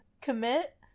commit